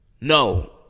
No